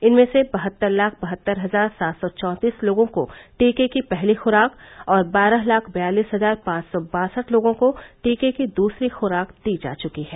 इनमें से बहत्तर लाख बहत्तर हजार सात सौ चौंतीस लोगों को टीके की पहली खुराक और बारह लाख बयालीस हजार पांच सौ बासठ लोगों को टीके की दूसरी खुराक दी जा चुकी है